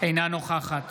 אינה נוכחת